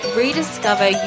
rediscover